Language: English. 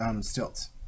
stilts